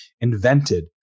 invented